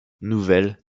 nouvelles